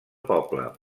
poble